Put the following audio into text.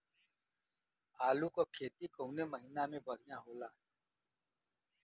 आलू क खेती कवने महीना में बढ़ियां होला?